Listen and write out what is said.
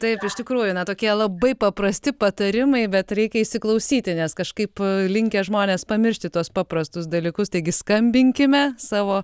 taip iš tikrųjų na tokie labai paprasti patarimai bet reikia įsiklausyti nes kažkaip linkę žmonės pamiršti tuos paprastus dalykus taigi skambinkime savo